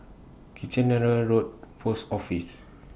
Kitchener Road Post Office